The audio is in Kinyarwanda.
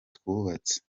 twubatse